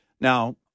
Now